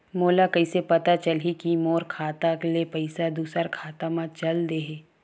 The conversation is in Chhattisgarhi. मोला कइसे पता चलही कि मोर खाता ले पईसा दूसरा खाता मा चल देहे?